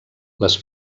les